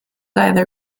either